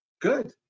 Good